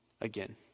again